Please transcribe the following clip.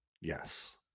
Yes